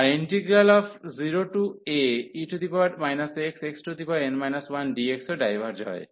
আর integral 0ae xxn 1dx ও diverge হয়